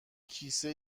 کیسه